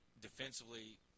Defensively